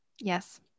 yes